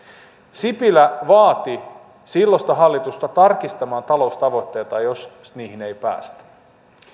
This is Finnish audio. sipilä vaati silloista hallitusta tarkistamaan taloustavoitteitaan jos niihin ei päästä